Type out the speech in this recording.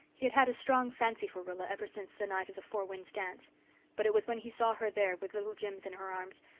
he had had a strong fancy for rilla blythe ever since the night of the four winds dance but it was when he saw her there, with little jims in her arms,